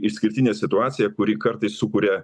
išskirtinė situacija kuri kartais sukuria